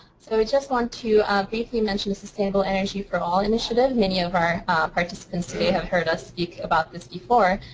so we just want to briefly mention the sustainable energy for all initiative. many of our participants today have heard ah speak about this before.